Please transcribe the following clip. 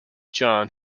john